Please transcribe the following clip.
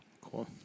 Cool